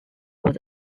was